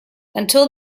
until